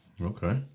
Okay